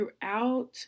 throughout